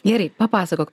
gerai papasakok